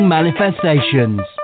Manifestations